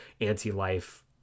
anti-life